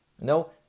No